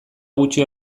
gutxi